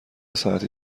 ساعتی